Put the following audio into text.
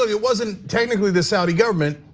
it wasn't technically the saudi government,